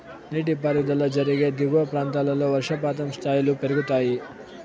నీటిపారుదల జరిగే దిగువ ప్రాంతాల్లో వర్షపాతం స్థాయిలు పెరుగుతాయి